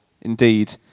Indeed